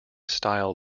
style